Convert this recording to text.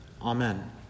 Amen